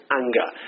anger